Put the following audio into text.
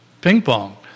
ping-pong